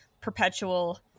perpetual